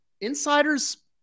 Insiders